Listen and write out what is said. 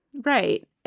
Right